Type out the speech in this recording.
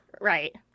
Right